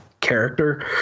Character